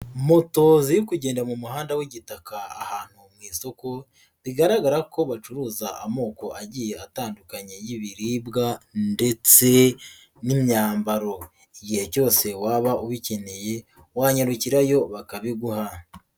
Moto ziri kugenda mu muhanda w'igitaka ahantu mu isoko bigaragara ko bacuruza amoko agiye atandukanye y'ibiribwa ndetse n'imyambaro. Igihe cyose waba ubikeneye wanyarukirayo bakabiguha.